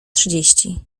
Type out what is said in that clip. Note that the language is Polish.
trzydzieści